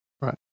Right